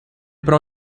para